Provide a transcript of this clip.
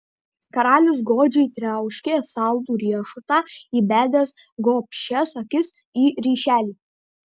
karalius godžiai triauškė saldų riešutą įbedęs gobšias akis į ryšelį